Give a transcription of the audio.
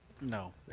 No